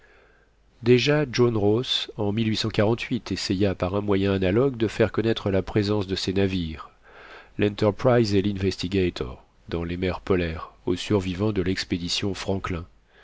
déjà john ross en essaya par un moyen analogue de faire connaître la présence de ses navires l'entreprise et l'investigator dans les mers polaires aux survivants de l'expédition franklin